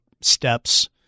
steps